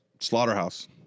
slaughterhouse